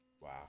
wow